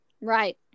Right